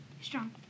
strong